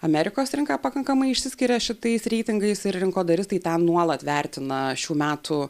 amerikos rinka pakankamai išsiskiria šitais reitingais ir rinkodaristai ten nuolat vertina šių metų